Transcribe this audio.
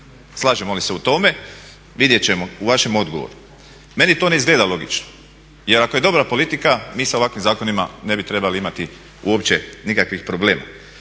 Slažemo li se u tome? Vidjet ćemo u vašem odgovoru. Meni to ne izgleda logično, jer ako je dobra politika mi sa ovakvim zakonima ne bi trebali imati uopće nikakvih problema.